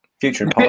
future